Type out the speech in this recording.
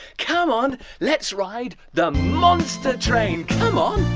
come on, let's ride the monster train. come on,